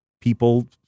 people